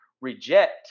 reject